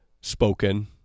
spoken